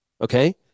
Okay